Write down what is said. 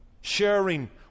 sharing